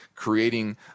creating